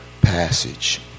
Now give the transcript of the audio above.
passage